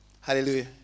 Hallelujah